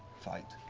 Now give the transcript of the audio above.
fight.